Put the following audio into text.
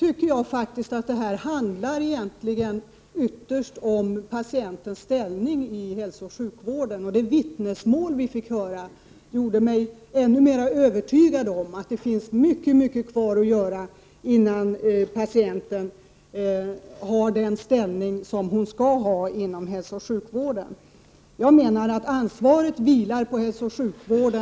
Ytterst handlar det här egentligen om patientens ställning i hälsooch sjukvården. De vittnesmål som vi här fått höra gjorde mig ännu mera övertygad om att det återstår väldigt mycket att göra när det gäller att ge patienten den ställning inom hälsooch sjukvården som en patient skall ha. Jag menar således att ansvaret vilar på hälsooch sjukvården.